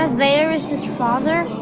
ah vader is his father?